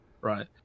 right